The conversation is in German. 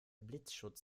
blitzschutz